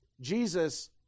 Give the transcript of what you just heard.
Jesus